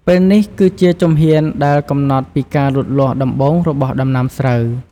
ដែលនេះគឺជាជំហានដែលកំណត់ពីការលូតលាស់ដំបូងរបស់ដំណាំស្រូវ។